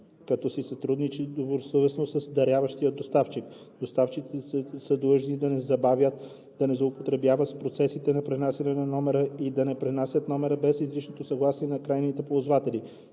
като си сътрудничи добросъвестно с даряващия доставчик. Доставчиците са длъжни да не забавят, да не злоупотребяват с процесите на пренасяне на номера и да не пренасят номера без изричното съгласие на крайните ползватели.